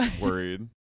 worried